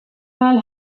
mal